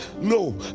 No